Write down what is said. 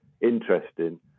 interesting